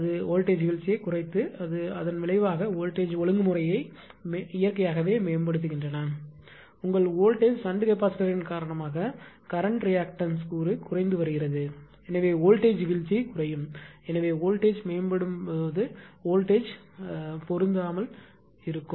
அவை வோல்டேஜ் வீழ்ச்சியைக் குறைத்து அதன் விளைவாக வோல்டேஜ் ஒழுங்குமுறையை இயற்கையாகவே மேம்படுத்துகின்றன உங்கள் வோல்டேஜ்ஷன்ட் கெப்பாசிட்டர்யின் காரணமாக கரண்ட் ரியாக்டன்ஸ் கூறு குறைந்து வருகிறது எனவே வோல்டேஜ் வீழ்ச்சி குறையும் எனவே வோல்டேஜ்மேம்படுத்தும்போது வோல்டேஜ்பொருந்தாது இருக்கும்